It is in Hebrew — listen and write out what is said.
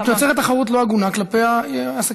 את יוצרת תחרות לא הגונה כלפי העסקים,